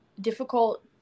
difficult